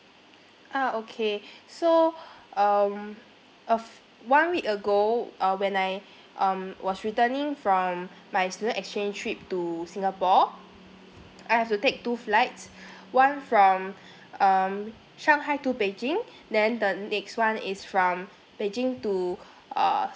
ah okay so um uh one week ago uh when I um was returning from my student exchange trip to singapore I have to take two flights one from um shanghai to beijing then the next one is from beijing to uh